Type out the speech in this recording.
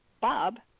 Bob